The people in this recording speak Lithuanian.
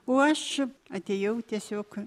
o aš atėjau tiesiog